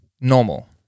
normal